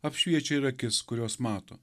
apšviečia ir akis kurios mato